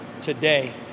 today